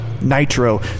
Nitro